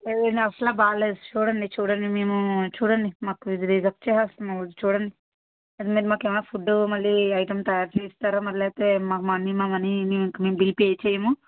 అదండి అస్సల బాగాలేదు చూడండి చూడండి మేము చూడండి మాకు ఇది రిజెక్ట్ చేసేస్తున్నాం చూడండి మరి మీకు మాకు ఏమైనా ఫుడ్డు మళ్ళీ ఐటెం తయారు చేయిస్తారా మరి లేకపోతే మా మనీ మా మనీ మేము ఇంక బిల్లు పే చెయ్యము